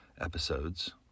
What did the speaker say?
episodes